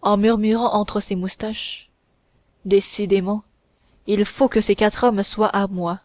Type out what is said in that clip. en murmurant entre ses moustaches décidément il faut que ces quatre hommes soient à moi